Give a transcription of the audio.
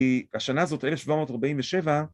כי השנה הזאת 1747